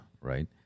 right